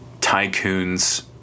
tycoon's